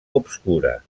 obscura